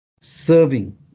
serving